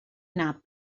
nap